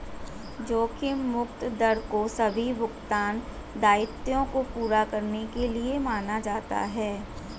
जोखिम मुक्त दर को सभी भुगतान दायित्वों को पूरा करने के लिए माना जाता है